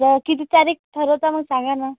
तर किती तारीख ठरवता मग सांगाना